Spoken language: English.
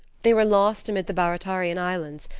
they were lost amid the baratarian islands,